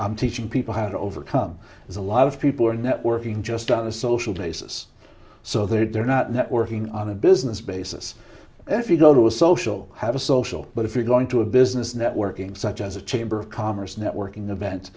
i'm teaching people how to overcome is a lot of people are networking just on a social basis so they're not networking on a business basis if you go to a social have a social but if you're going to a business networking such as a chamber of commerce networking event